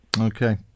Okay